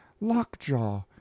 lockjaw